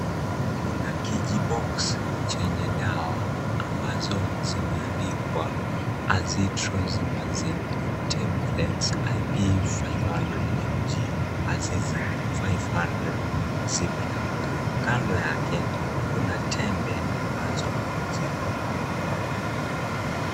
Kuna {cs}kijiboksi{cs} chenye dawa ambazo zimeandikwa azithromycin tablets IP 500mg AZICIP-500 Cipla, kando yake kuna tembe ambazo ziko hapo.